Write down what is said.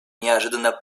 неожиданно